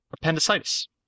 appendicitis